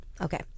Okay